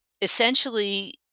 essentially